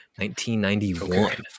1991